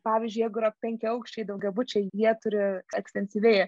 pavyzdžiui jeigu yra penkiaaukščiai daugiabučiai jie turi ekstensyviai